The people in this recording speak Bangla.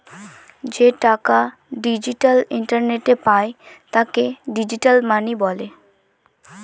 যে টাকা ডিজিটাল ইন্টারনেটে পায় তাকে ডিজিটাল মানি বলে